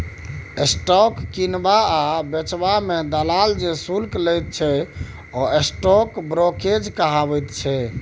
stock किनबा आ बेचबा मे दलाल जे शुल्क लैत छै ओ स्टॉक ब्रोकरेज कहाबैत छै